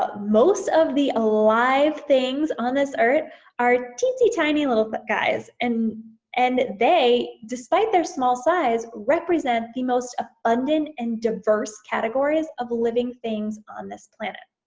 ah most of the alive things on this earth are teensy-tiny little but guys, and and they, despite their small size, represent the most abundant and diverse categories of living things on this planet.